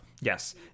Yes